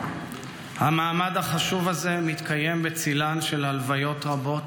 המעמד החשוב הזה מתקיים בצילן של הלוויות רבות,